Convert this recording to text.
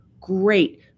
Great